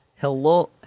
Hello